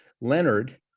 Leonard